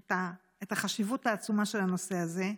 את החשיבות העצומה של הנושא הזה.